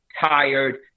tired